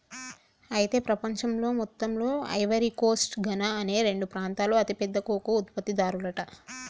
అయితే ప్రపంచంలో మొత్తంలో ఐవరీ కోస్ట్ ఘనా అనే రెండు ప్రాంతాలు అతి పెద్ద కోకో ఉత్పత్తి దారులంట